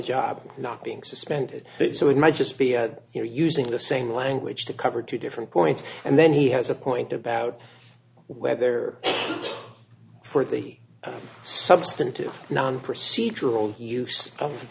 job not being suspended so it might just be you're using the same language to cover two different points and then he has a point about whether for the substantive non procedural use of